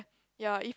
ya if